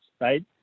right